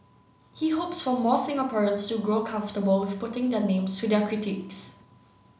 he hopes for more Singaporeans to grow comfortable with putting their names to their critiques